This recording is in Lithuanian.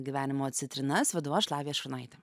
gyvenimo citrinas vedu aš lavija šurnaitė